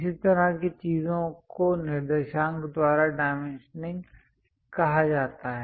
इस तरह की चीजों को निर्देशांक द्वारा डाइमेंशनिंग कहा जाता है